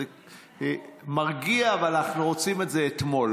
אבל אנחנו רוצים את זה אתמול,